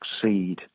succeed